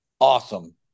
Awesome